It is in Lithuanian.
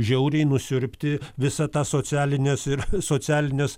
žiauriai nusiurbti visą tą socialinės ir socialinės